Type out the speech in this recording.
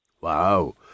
Wow